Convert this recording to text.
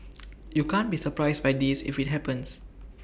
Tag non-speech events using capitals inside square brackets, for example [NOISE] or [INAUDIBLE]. [NOISE] you can't be surprised by this if IT happens